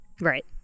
Right